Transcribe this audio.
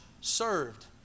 served